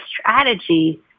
strategy